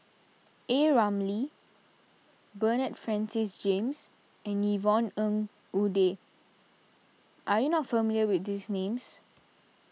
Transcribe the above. A Ramli Bernard Francis James and Yvonne Ng Uhde are you not familiar with these names